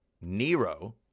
Nero